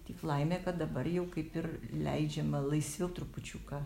tik laimė kad dabar jau kaip ir leidžiama laisviau trupučiuką